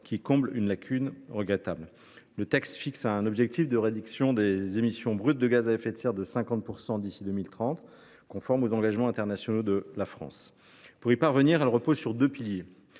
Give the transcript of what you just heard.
qui comble une lacune regrettable. Le texte fixe un objectif de réduction des émissions brutes de gaz à effet de serre de 50 % d’ici à 2030, conforme aux engagements internationaux de la France. Pour y parvenir, il repose sur deux piliers